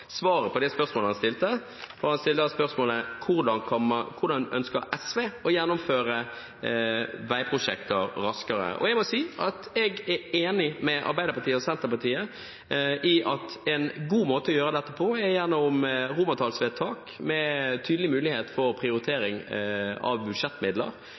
svaret på det spørsmålet han stilte. Han stiller spørsmålet: Hvordan ønsker SV å gjennomføre veiprosjekter raskere? Jeg må si at jeg er enig med Arbeiderpartiet og Senterpartiet i at en god måte å gjøre dette på er gjennom romertallsvedtak, med tydelig mulighet for prioritering av budsjettmidler